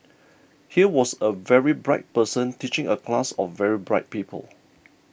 here was a very bright person teaching a class of very bright people